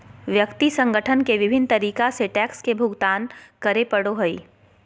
व्यक्ति संगठन के विभिन्न तरीका से टैक्स के भुगतान करे पड़ो हइ